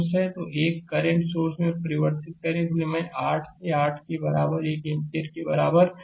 तो एक current source में परिवर्तित करें इसलिए मैं 8 से 8 के बराबर 1 एम्पीयर के बराबर होगा